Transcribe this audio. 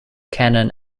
cannon